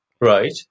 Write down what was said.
right